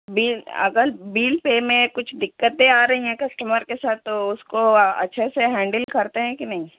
بل اگر bill pay میں کچھ دقتیں آ رہی ہیں کسٹمر کے ساتھ تو اس کو اچھے سے ہینڈل کرتے ہیں کہ نہیں